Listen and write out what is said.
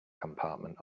compartment